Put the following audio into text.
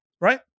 right